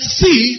see